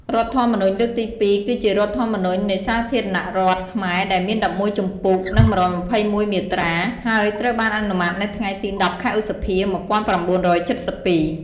រដ្ឋធម្មនុញ្ញលើកទី២ គឺជារដ្ឋធម្មនុញ្ញ នៃសាធារណរដ្ឋខ្មែរ ដែលមាន១១ ជំពូក និង១២១ មាត្រា ហើយត្រូវបានអនុម័តនៅថ្ងៃទី ១០ ខែឧសភា ១៩៧២។